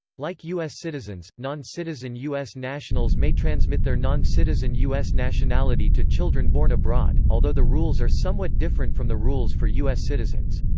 like u s. citizens, non-citizen u s. nationals may transmit their non-citizen u s. nationality to children born abroad, although the rules are somewhat different from the rules for u s. citizens.